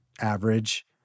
average